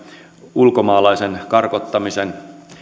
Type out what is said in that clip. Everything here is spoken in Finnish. ulkomaalaisen karkottamisen